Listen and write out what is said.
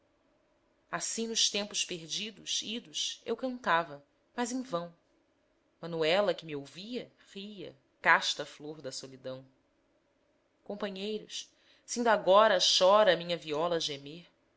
assim nos tempos perdidos idos eu cantava mas em vão manuela que me ouvia ria casta flor da solidão companheiros se inda agora chora minha viola